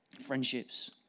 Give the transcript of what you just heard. Friendships